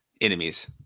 enemies